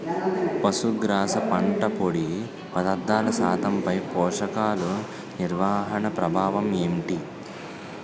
పశుగ్రాస పంట పొడి పదార్థాల శాతంపై పోషకాలు నిర్వహణ ప్రభావం ఏమిటి?